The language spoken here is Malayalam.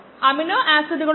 അതാണ് ചോദ്യം